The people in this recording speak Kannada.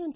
ಎಂ